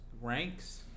Ranks